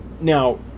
Now